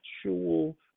actual